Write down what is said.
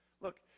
Look